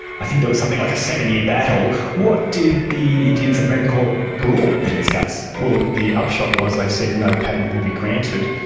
i think there was something like a seven-year battle. what did the indian supreme court rule in this case? well, the upshot was they said no patent would be granted.